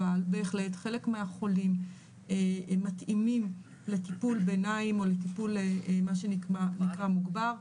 אבל בהחלט חלק מהחולים מתאימים לטיפול ביניים או לטיפול מה שנקרא מוגבר,